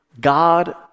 God